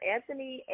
Anthony